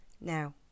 Now